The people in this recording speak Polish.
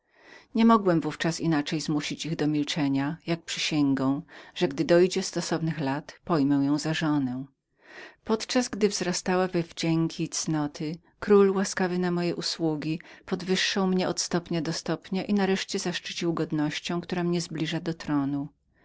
znaleźć innego środka zmuszenia ich do milczenia jak poprzysiężenie że gdy dojdzie stosownych lat pojmę ją za żonę podczas gdy wzrastała we wdzięki i cnoty król łaskawy na mojamoje usługi podwyższał mnie od stopnia do stopnia i nareszcie zaszczycił godnością która mnie zbliża do tronu